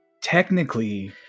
Technically